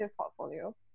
portfolio